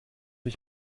ich